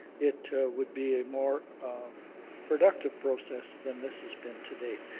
it would be a more productive process than this has been to date.